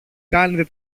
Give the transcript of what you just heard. κάνετε